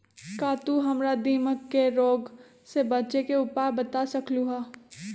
का तू हमरा दीमक के रोग से बचे के उपाय बता सकलु ह?